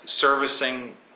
servicing